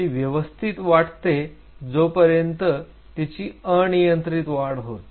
ती व्यवस्थित वाटते जोपर्यंत तिची अनियंत्रित वाढ होत नाही